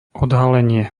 odhalenie